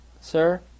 Sir